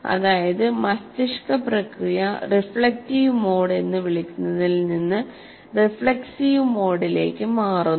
അതായത് മസ്തിഷ്ക പ്രക്രിയ റിഫ്ലെക്റ്റീവ് മോഡ് എന്ന് വിളിക്കുന്നതിൽ നിന്ന് റിഫ്ലെക്സിവ് മോഡിലേക്ക് മാറുന്നു